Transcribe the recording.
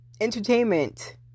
entertainment